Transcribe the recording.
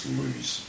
lose